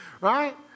Right